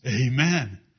Amen